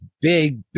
big